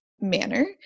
manner